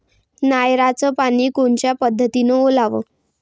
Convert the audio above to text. नयराचं पानी कोनच्या पद्धतीनं ओलाव?